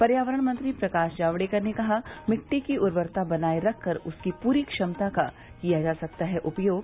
पर्यावरण मंत्री प्रकाश जावड़ेकर ने कहा मिट्टी की उर्वरकता बनाये रखकर उसकी पूरी क्षमता का किया जा सकता है उपयोग